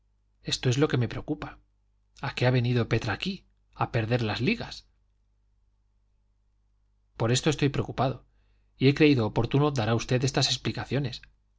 esto es lo que me preocupa a qué ha venido petra aquí a perder las ligas por esto estoy preocupado y he creído oportuno dar a usted estas explicaciones